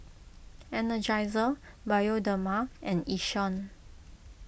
Energizer Bioderma and Yishion